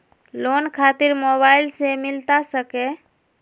Loan खातिर mobile से मिलता सके?